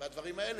והדברים האלה,